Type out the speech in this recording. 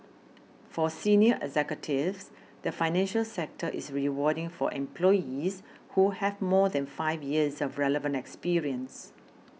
for senior executives the financial sector is rewarding for employees who have more than five years of relevant experience